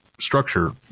structure